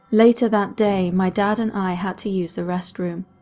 later that day, my dad and i had to use the restroom.